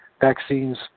vaccines